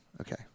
Okay